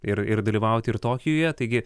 ir ir dalyvauti ir tokijuje taigi